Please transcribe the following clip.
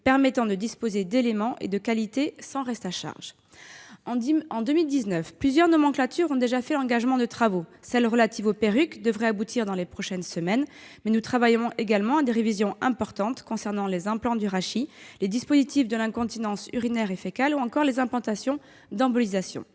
permettant de disposer d'éléments de qualité sans reste à charge. En 2019, plusieurs nomenclatures ont déjà fait l'objet d'un engagement de travaux : celle qui est relative aux perruques devrait aboutir dans les prochaines semaines, mais nous travaillons également à des révisions importantes concernant les implants du rachis, les dispositifs de l'incontinence urinaire et fécale, ou encore les implants d'embolisation.